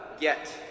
get